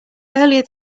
earlier